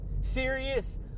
Serious